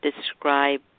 describe